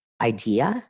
idea